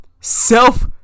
self